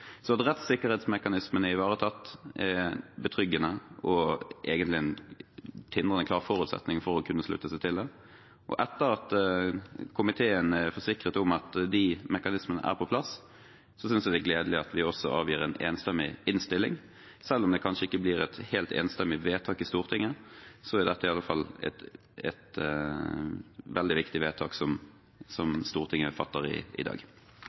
At rettssikkerhetsmekanismene er ivaretatt, er betryggende og egentlig en tindrende klar forutsetning for å kunne slutte seg til det. Og etter at komiteen er forsikret om at de mekanismene er på plass, synes jeg det er gledelig at vi også avgir en enstemmig innstilling. Selv om det kanskje ikke blir et helt enstemmig vedtak i Stortinget, er det i alle fall et veldig viktig vedtak Stortinget fatter i dag.